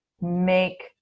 make